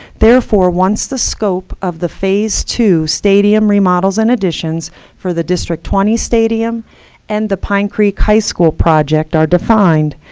therefore, once the scope of the phase two stadium remodels and additions for the district twenty stadium and the pine creek high school project are defined,